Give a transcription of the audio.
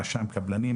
רשם הקבלנים,